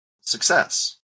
success